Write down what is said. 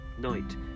night